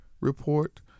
report